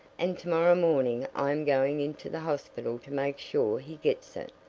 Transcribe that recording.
and to-morrow morning i am going into the hospital to make sure he gets it.